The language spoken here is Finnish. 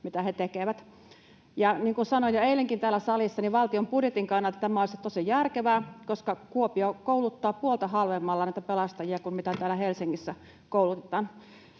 mitä he tekevät. Ja niin kuin sanoin jo eilenkin täällä salissa, valtion budjetin kannalta tämä olisi tosi järkevää, koska Kuopio kouluttaa puolta halvemmalla näitä pelastajia kuin mitä täällä Helsingissä koulutetaan.